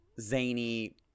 zany